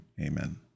amen